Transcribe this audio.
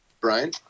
Brian